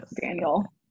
daniel